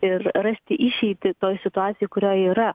ir rasti išeitį toj situacijoj kurioj yra